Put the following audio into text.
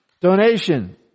Donation